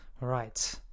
Right